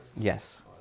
Yes